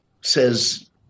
says